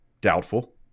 Doubtful